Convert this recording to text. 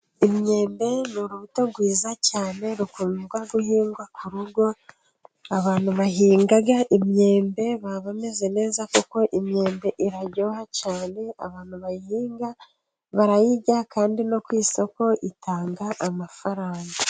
Imyembe ni urubuto rwiza cyane, rukundwa guhingwa ku rugo, abantu bahinga imyembe, baba bame neza, kuko imyembe iraryoha cyane, abantu bayihinga barayirya, kandi no ku isoko itanga amafaranga.